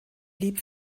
blieb